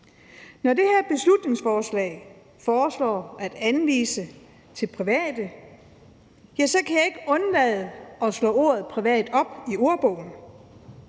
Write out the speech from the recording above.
Når det her beslutningsforslag foreslår at anvise til private, kan jeg ikke undlade at slå ordet privat op i ordbogen,